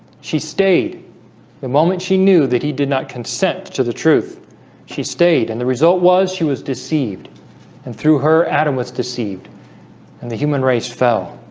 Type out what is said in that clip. she stayed the moment she knew that he did not consent to the truth she stayed and the result was she was deceived and through her adam was deceived and the human race fell